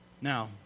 Now